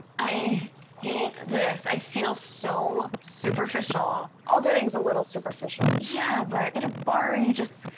i hate this. i feel so superficial. all dating's a little superficial. yeah, but at a bar, you just.